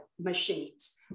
machines